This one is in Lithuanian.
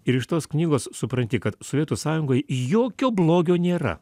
ir iš tos knygos supranti kad sovietų sąjungoj jokio blogio nėra